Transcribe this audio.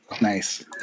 nice